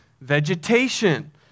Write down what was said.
vegetation